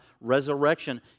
resurrection